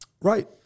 right